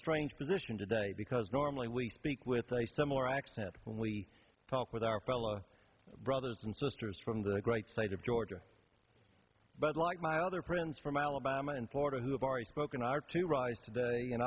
strange position today because normally we speak with a similar accent when we talk with our fellow brothers and sisters from the great state of georgia but like my other friends from alabama and florida who have already spoken are to rise today in